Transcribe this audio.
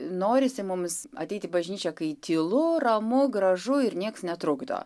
norisi mums ateit į bažnyčią kai tylu ramu gražu ir nieks netrukdo